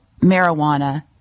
marijuana